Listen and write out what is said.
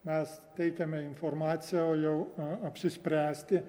mes teikiame informaciją o jau apsispręsti